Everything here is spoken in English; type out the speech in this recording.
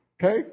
Okay